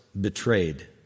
betrayed